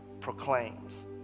proclaims